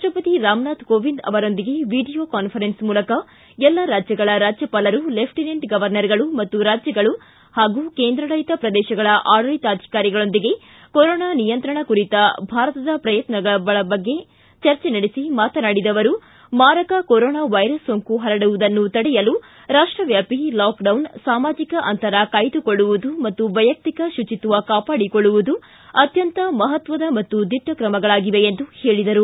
ರಾಷ್ಟಪತಿ ರಾಮನಾಥ್ ಕೋವಿಂದ್ ಅವರೊಂದಿಗೆ video conference ಮೂಲಕ ಎಲ್ಲ ರಾಜ್ಯಗಳ ರಾಜ್ಯಪಾಲರು ಲೆಫ್ಟಿನೆಂಟ್ ಗೌರ್ವನರ್ಗಳು ಮತ್ತು ರಾಜ್ಯಗಳು ಹಾಗೂ ಕೇಂದ್ರಾಡಳಿತ ಪ್ರದೇಶಗಳ ಆಡಳಿತಾಧಿಕಾರಿಗಳೊಂದಿಗೆ ಕರೋನಾ ನಿಯಂತ್ರಣ ಕುರಿತ ಭಾರತದ ಪ್ರಯತ್ನಗಳ ಬಗ್ಗೆ ಚರ್ಚೆ ನಡೆಸಿ ಮಾತನಾಡಿದ ಅವರು ಮಾರಕ ಕೊರೊನಾ ವೈರಸ್ ಸೋಂಕು ಪರಡುವುದನ್ನು ತಡೆಯಲು ರಾಷ್ಷವ್ಯಾಪಿ ಲಾಕ್ಡೌನ್ ಸಾಮಾಜಿಕ ಅಂತರ ಕಾಯ್ದುಕೊಳ್ಳುವುದು ಮತ್ತು ವೈಯಕ್ತಿಕ ಶುಚಿತ್ವ ಕಾಪಾಡಿಕೊಳ್ಳುವುದು ಅತ್ಯಂತ ಮಹತ್ವದ ಮತ್ತು ದಿಟ್ಟ ಕ್ರಮಗಳಾಗಿವೆ ಎಂದು ಹೇಳಿದರು